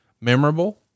memorable